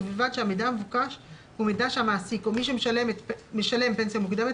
ובלבד שהמידע המבוקש הוא מידע שהמעסיק או מי שמשלם פנסיה מוקדמת,